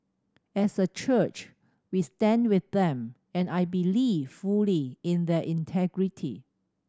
as a church we stand with them and I believe fully in their integrity